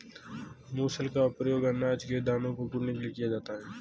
मूसल का प्रयोग अनाज के दानों को कूटने के लिए किया जाता है